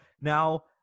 now